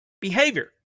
Behavior